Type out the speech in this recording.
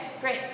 great